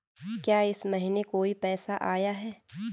क्या इस महीने कोई पैसा आया है?